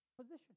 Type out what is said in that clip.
position